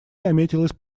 наметилась